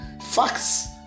facts